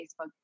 Facebook